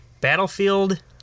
Battlefield